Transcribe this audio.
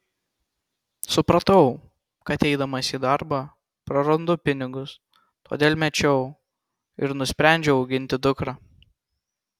supratau kad eidamas į darbą prarandu pinigus todėl mečiau ir nusprendžiau auginti dukrą